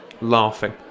laughing